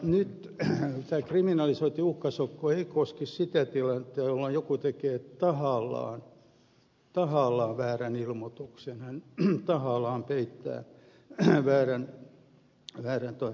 nyt tämä kriminalisointiuhkasakko ei koske sitä tilannetta jolloin joku tekee tahallaan väärän ilmoituksen hän tahallaan peittää väärän